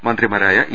മന്ത്രിമാ രായ ഇ